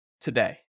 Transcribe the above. today